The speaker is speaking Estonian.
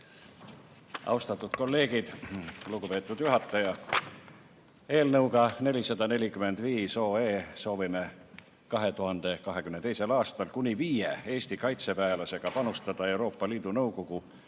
Austatud kolleegid! Lugupeetud juhataja! Eelnõuga 445 soovime 2022. aastal kuni viie Eesti kaitseväelasega panustada Euroopa Liidu Nõukogu